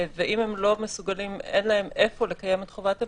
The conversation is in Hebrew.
אם אין להם איפה לקיים את חובת הבידוד,